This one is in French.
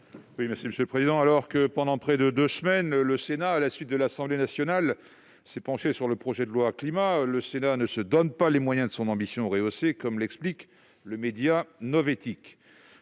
est à M. Éric Bocquet. Alors que, pendant près de deux semaines, le Sénat, à la suite de l'Assemblée nationale, s'est penché sur le projet de loi Climat, il ne s'est pas donné les moyens de son ambition rehaussée, comme l'explique le média.